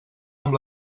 amb